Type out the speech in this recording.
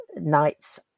nights